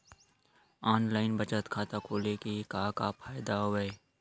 online बचत खाता खोले के का का फ़ायदा हवय